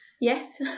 Yes